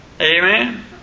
Amen